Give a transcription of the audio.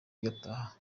igataha